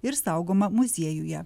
ir saugoma muziejuje